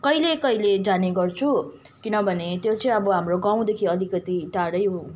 कहिले कहिले जाने गर्छु किनभने त्यो चाहिँ अब हाम्रो गाउँदेखि अलिकति टाढै